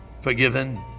forgiven